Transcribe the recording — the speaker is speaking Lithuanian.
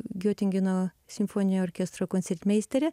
giotingeno simfoninio orkestro koncertmeistere